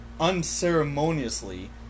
unceremoniously